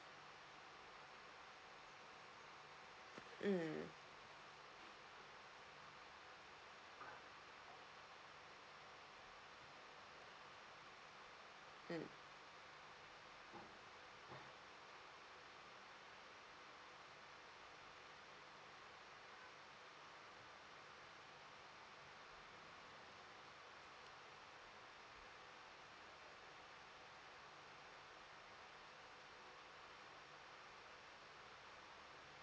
mm mm